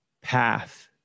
path